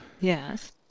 Yes